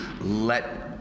let